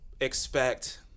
expect